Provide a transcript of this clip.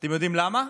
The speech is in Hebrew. אתם יודעים למה?